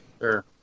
Sure